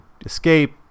escape